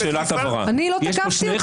אני לא תקפתי.